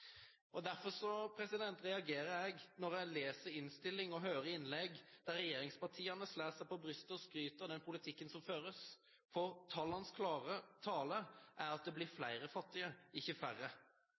Derfor reagerer jeg når jeg leser innstillingen og hører innlegg der regjeringspartiene slår seg på brystet og skryter av den politikken som føres. For tallenes tale er klar: Det blir